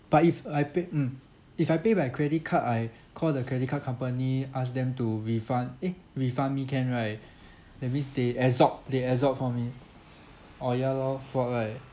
but if uh I pay mm if I pay by credit card I call the credit card company ask them to refund eh refund me can right that means they absorb they absorbed for me oh ya lor fault right